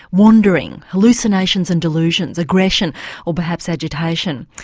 wandering, hallucinations and delusions, aggression or perhaps agitation.